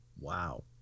Wow